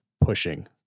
pushing